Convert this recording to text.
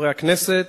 חברי הכנסת,